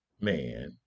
man